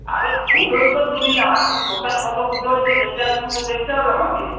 আরে ফুটোই তো দুুনিয়া এখন কোথায় কত ফুটো হয়েছে সেটা এখন তো দেখতে হবে আমাকে